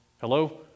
Hello